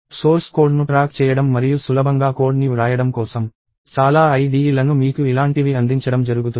source కోడ్ను track చేయడం మరియు సులభంగా కోడ్ని వ్రాయడం కోసం చాలా IDE లను మీకు ఇలాంటివి అందించడం జరుగుతుంది